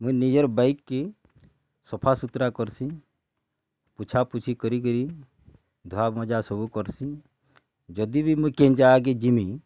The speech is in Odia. ମୁଇଁ ନିଜର୍ ବାଇକ୍ କି ସଫା ସୁତୁରା କରସି ପୁଛା ପୁଛି କରିକିରି ଧୁଆ ମଜା ସବୁ କରସି ଯଦି ବି ମୁଇଁ କେନ୍ ଜାଗା କେ ଯିମିଁ